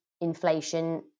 inflation